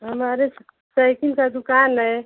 हमारे सइकिल का दुकान है